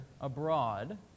abroad